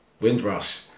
windrush